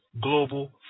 global